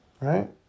right